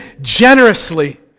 generously